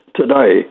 today